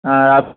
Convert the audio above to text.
আর up